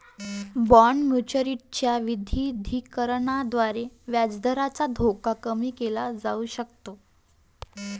bond maturity च्या विविधीकरणाद्वारे व्याजदराचा धोका कमी केला जाऊ शकतो